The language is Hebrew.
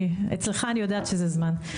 אצלך אני יודעת שזה זמן.